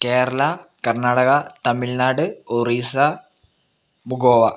കേരള കർണാടക തമിഴ്നാട് ഒറീസ ബു ഗോവ